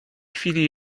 chwili